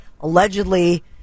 allegedly